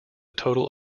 total